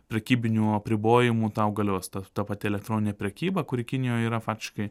prekybinių apribojimų tau galios ta pati elektroninė prekyba kuri kinijoj yra faktiškai